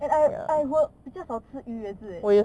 and I I 我比较少吃鱼也是 eh